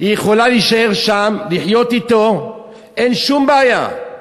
יכולה להישאר שם, לחיות אתו, אין שום בעיה.